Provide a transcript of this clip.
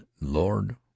lord